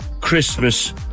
Christmas